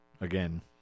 again